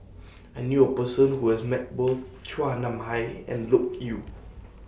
I knew A Person Who has Met Both Chua Nam Hai and Loke Yew